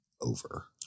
over